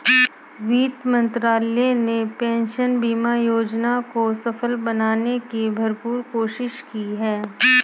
वित्त मंत्रालय ने पेंशन बीमा योजना को सफल बनाने की भरपूर कोशिश की है